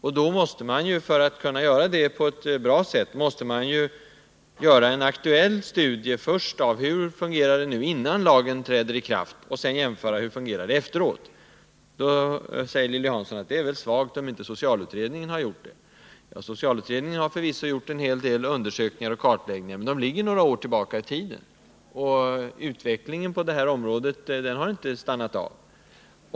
För att kunna göra det på ett bra sätt, måste man först göra en aktuell studie av hur det hela fungerar innan lagen träder i kraft, en studie som sedan kan jämföras med hur det fungerar efteråt. Då säger Lilly Hansson att det är svagt om socialutredningen inte redan har gjort detta. Socialutredningen har förvisso gjort en hel del undersökningar och kartläggningar, men de ligger några år tillbaka i tiden, och utvecklingen på detta område har inte upphört.